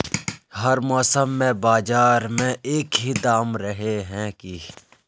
हर मौसम में बाजार में एक ही दाम रहे है की?